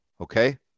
okay